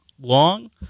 long